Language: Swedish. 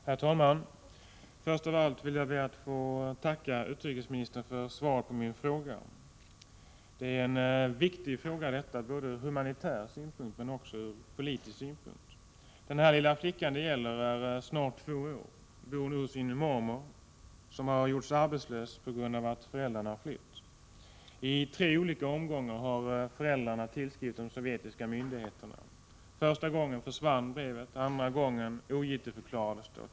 Herr talman! Först av allt ber jag att få tacka utrikesministern för svaret på min fråga. Det är en viktig fråga ur både humanitär och politisk synpunkt. Den lilla flicka som det gäller är snart två år och bor nu hos sin mormor, vilken har gjorts arbetslös på grund av att flickans föräldrar har flytt. I tre olika omgångar har föräldrarna tillskrivit de sovjetiska myndigheterna. Första gången försvann brevet, andra gången ogiltigförklarades det.